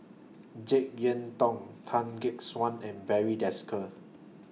Jek Yeun Thong Tan Gek Suan and Barry Desker